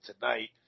tonight